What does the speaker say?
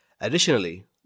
Additionally